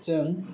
जों